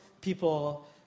people